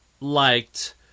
liked